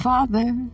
Father